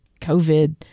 covid